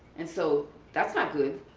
and so that's not good.